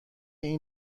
این